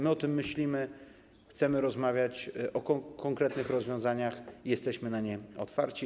My o tym myślimy, chcemy rozmawiać o konkretnych rozwiązaniach i jesteśmy na nie otwarci.